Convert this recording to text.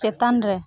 ᱪᱮᱛᱟᱱ ᱨᱮ